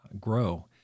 grow